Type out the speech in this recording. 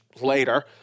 later